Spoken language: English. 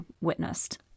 witnessed